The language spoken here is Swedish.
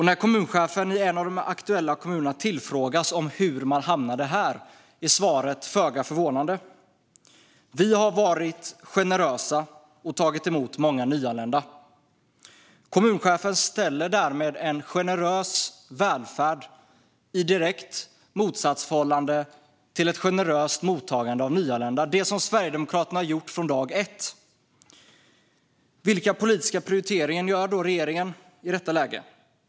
När kommunchefen i en av de aktuella kommunerna tillfrågas om hur man hamnade i det läget är svaret föga förvånande: Vi har varit generösa och tagit emot många nyanlända. Kommunchefen ställer därmed en generös välfärd i direkt motsatsförhållande till ett generöst mottagande av nyanlända - det som Sverigedemokraterna har gjort från dag ett. Vilka politiska prioriteringar gör regeringen i detta läge?